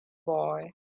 boy